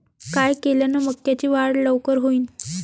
काय केल्यान मक्याची वाढ लवकर होईन?